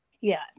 yes